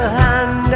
hand